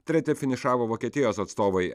treti finišavo vokietijos atstovai